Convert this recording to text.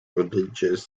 religious